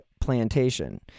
Plantation